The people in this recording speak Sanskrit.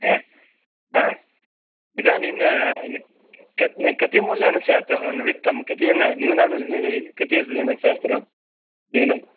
ह ह इदानीं कति मूल्यानि स्यात् वित्तं कति न्यूनं कति सहस्रं न्यूनम्